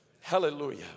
Hallelujah